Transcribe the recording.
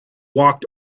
walked